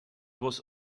was